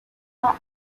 are